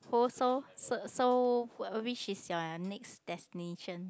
so so so which is your next destination